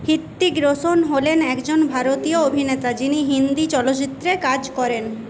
হৃতিক রোশন হলেন একজন ভারতীয় অভিনেতা যিনি হিন্দি চলচ্চিত্রে কাজ করেন